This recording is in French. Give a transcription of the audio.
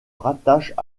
rattachent